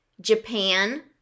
Japan